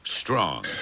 Strong